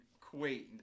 queen